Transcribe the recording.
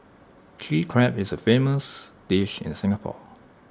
Chilli Crab is A famous dish in Singapore